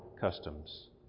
customs